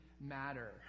matter